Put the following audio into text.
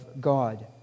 God